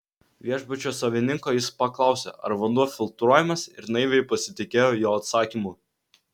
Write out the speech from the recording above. viešbučio savininko jis paklausė ar vanduo filtruojamas ir naiviai pasitikėjo jo atsakymu